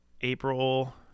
April